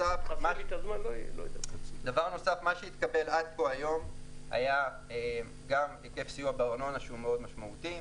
מה שהתקבל עד כה היום היה גם היקף סיוע בארנונה שהוא מאוד משמעותי.